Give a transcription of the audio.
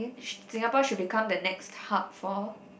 S~ Singapore should become the next hub for